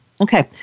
okay